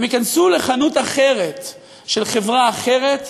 הם ייכנסו לחנות אחרת של חברה אחרת,